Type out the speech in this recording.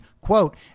quote